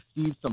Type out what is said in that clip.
Steve